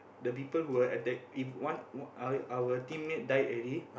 the people who were attacking if one our our teammate die already